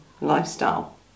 lifestyle